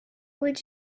would